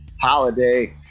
holiday